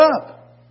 up